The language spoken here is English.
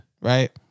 Right